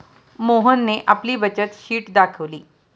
मोहनने आपली बचत शीट दाखवली